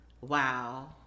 Wow